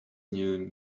new